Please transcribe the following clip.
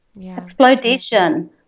exploitation